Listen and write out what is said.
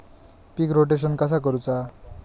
पीक rotation कसा करूचा?